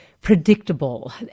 predictable